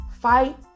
Fight